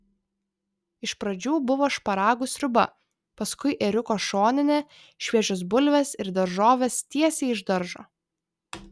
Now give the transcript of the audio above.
iš pradžių buvo šparagų sriuba paskui ėriuko šoninė šviežios bulvės ir daržovės tiesiai iš daržo